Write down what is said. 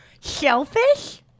Shellfish